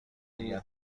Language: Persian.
دیگر